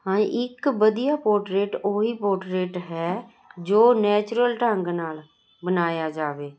ਹਾਂ ਇੱਕ ਵਧੀਆ ਪੋਟਰੇਟ ਉਹ ਹੀ ਪੋਰਟਰੇਟ ਹੈ ਜੋ ਨੈਚੁਰਲ ਢੰਗ ਨਾਲ ਮਨਾਇਆ ਜਾਵੇ